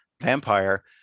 vampire